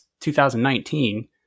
2019